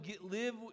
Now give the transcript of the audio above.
live